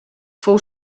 fou